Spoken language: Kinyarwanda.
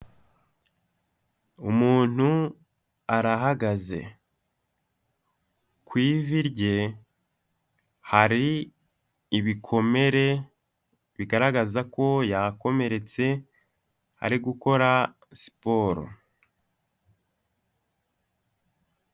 Umuntu arahagaze ku ivi rye hari ibikomere bigaragaza ko yakomeretse ari gukora siporo.